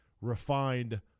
refined